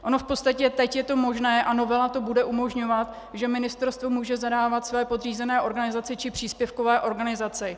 Ono v podstatě teď je to možné a novela to bude umožňovat, že ministerstvo může zadávat své podřízené organizaci či příspěvkové organizaci.